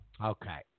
Okay